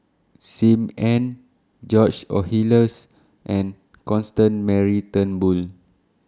SIM Ann George Oehlers and Constance Mary Turnbull